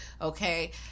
okay